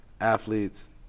athletes